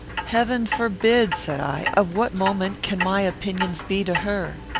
heaven forbid! said i of what moment can my opinions be to her?